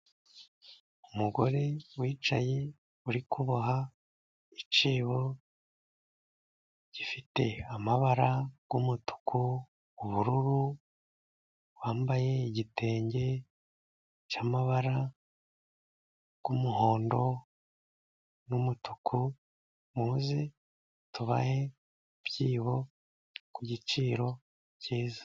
Umugore wicaye uri kuboha icyibo gifite amabara y'umutuku n'ubururu, wambaye igitenge cy'amabara y 'umuhondo n'umutuku muze tubahe ibyibo ku giciro cyiza.